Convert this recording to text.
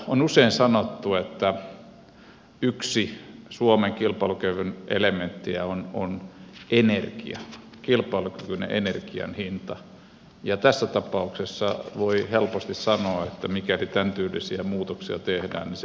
on usein sanottu että yksi suomen kilpailukyvyn elementti on energia kilpailukykyinen energian hinta ja tässä tapauksessa voi helposti sanoa että mikäli tämän tyylisiä muutoksia tehdään niin se on energiahintakysymys